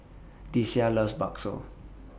Deasia loves Bakso